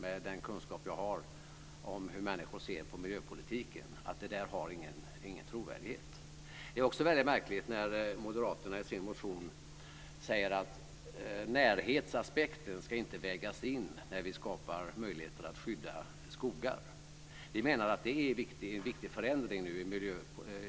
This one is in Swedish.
Med den kunskap som jag har om hur människor ser på miljöpolitiken kan jag nog säga att det där inte har någon trovärdighet. Vidare är det väldigt märkligt att moderaterna, som de gör i sin motion, säger att närhetsaspekten inte ska vägas in när vi skapar möjligheter att skydda skogar. Vi menar att det är en viktig förändring i